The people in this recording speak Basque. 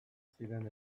ziren